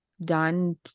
done